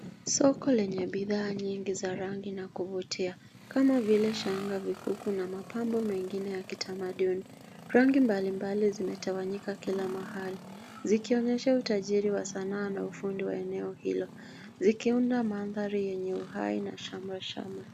Soko lenye bidhaa nyingi za rangi na kuvutia kama vile shanga, vikuku na mapambo mengine ya kitamaduni. Rangi mbalimbali zimetawanyika kila mahali zikionyesha utajiri wa sanaa na ufundi wa eneo hilo zikiunda mandhari yenye uhai na shamra shamra.